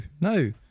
no